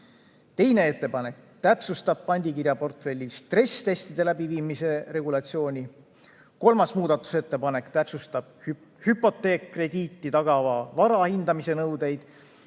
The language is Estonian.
Teine ettepanek täpsustab pandikirjaportfelli stressitestide läbiviimise regulatsiooni. Kolmas muudatusettepanek täpsustab hüpoteekkrediiti tagava vara hindamise nõudeid.